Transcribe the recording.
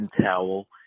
towel